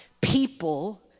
people